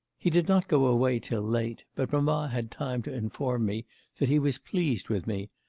he did not go away till late but mamma had time to inform me that he was pleased with me,